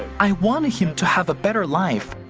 i wanted him to have a better life.